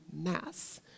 mass